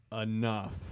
enough